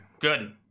good